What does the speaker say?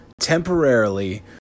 temporarily